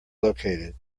located